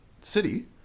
city